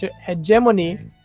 hegemony